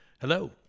hello